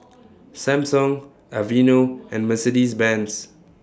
Samsung Aveeno and Mercedes Benz